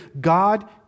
God